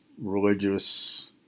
religious